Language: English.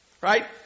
right